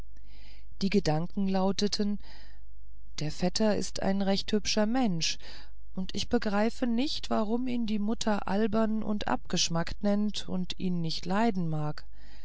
die gedanken lauteten der vetter ist ein recht hübscher mensch und ich begreife nicht warum ihn die mutter albern und abgeschmackt nennt und ihn nicht leiden mag